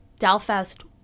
Dalfest